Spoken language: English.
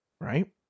right